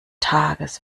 tages